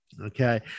okay